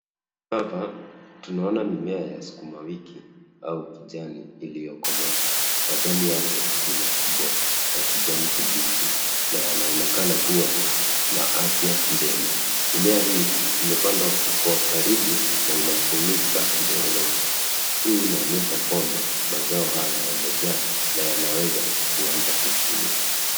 Hapa tunaona mimea ya sukumawiki au kijani, iliyokomaa. Majani yake ni makubwa ya kijani kibichi na yanaonekana kuwa na afya njema. Mimea hii imepandwa kwa ukaribu na inafunika eneo lote. Hii inaonyesha kwamba mazao haya yamejaa na yanaweza kuanza kuvunwa.